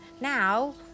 now